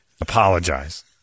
Apologize